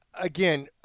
Again